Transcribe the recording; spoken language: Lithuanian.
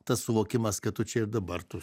tas suvokimas kad tu čia ir dabar tu